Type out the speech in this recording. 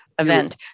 event